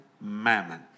mammon